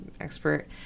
expert